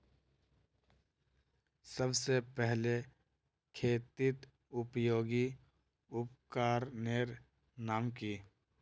सबसे पहले खेतीत उपयोगी उपकरनेर नाम की?